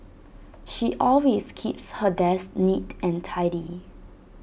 she always keeps her desk neat and tidy